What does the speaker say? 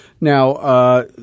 Now